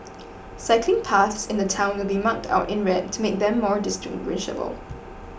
cycling paths in the town will be marked out in red to make them more distinguishable